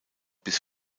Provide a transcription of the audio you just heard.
bis